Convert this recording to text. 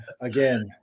Again